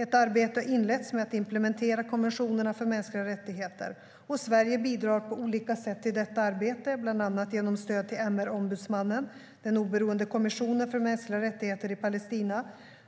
Ett arbete har inletts med att implementera konventionerna för mänskliga rättigheter. Sverige bidrar på olika sätt till detta arbete, bland annat genom stöd till MR-ombudsmannen, den oberoende kommissionen för mänskliga rättigheter i Palestina ,